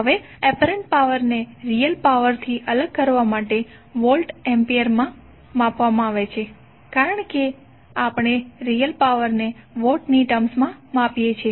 હવે apparent power ને real power થી અલગ કરવા માટે વોલ્ટ એમ્પીયરમાં માપવામાં આવે છે કારણ કે આપણે રીયલ પાવર ને વોટની ટર્મ્સમાં માપીએ છીએ